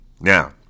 Now